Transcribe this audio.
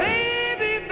Baby